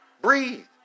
Breathe